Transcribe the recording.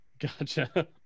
Gotcha